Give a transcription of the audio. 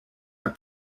are